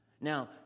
Now